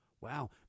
Wow